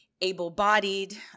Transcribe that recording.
able-bodied